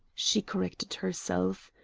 she corrected herself.